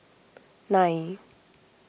nine